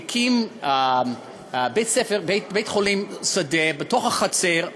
היא הקימה בית-חולים שדה בחצר,